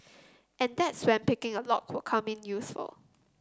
and that's when picking a lock will come in useful